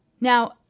Now